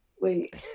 Wait